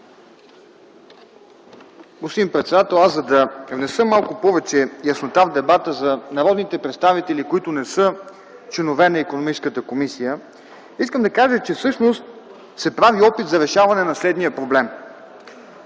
Господин председател, искам да внеса малко повече яснота в дебата за народните представители, които не са членове на Комисията по икономическата политика. Ще кажа, че всъщност се прави опит за решаване на следния проблем.